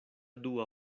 dua